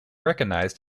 recognized